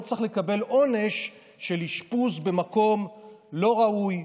לא צריך לקבל עונש של אשפוז במקום לא ראוי,